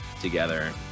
together